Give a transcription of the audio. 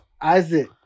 Isaac